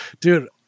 dude